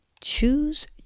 choose